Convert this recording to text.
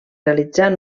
realitzar